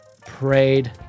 prayed